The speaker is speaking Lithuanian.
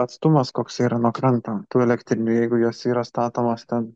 atstumas koks yra nuo kranto tų elektrinių jeigu jos yra statomos ten